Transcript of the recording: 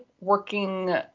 working